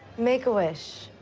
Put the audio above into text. make-a-wish.